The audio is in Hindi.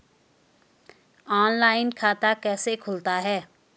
ऑनलाइन खाता कैसे खुलता है?